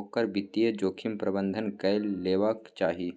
ओकर वित्तीय जोखिम प्रबंधन कए लेबाक चाही